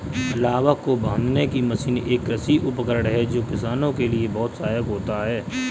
लावक को बांधने की मशीन एक कृषि उपकरण है जो किसानों के लिए बहुत सहायक होता है